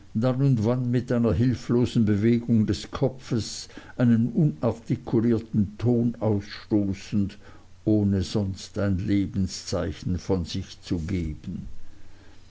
dann und wann mit einer hilflosen bewegung des kopfes einen unartikulierten ton ausstoßend ohne sonst ein lebenszeichen von sich zu geben